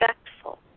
respectful